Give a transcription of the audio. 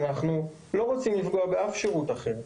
ואנחנו לא רוצים לפגוע באף שירות אחר.